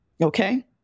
okay